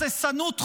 הססנות כרונית,